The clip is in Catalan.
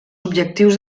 objectius